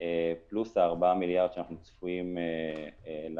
פלוס 4 מיליארד שאנחנו צפויים להקצות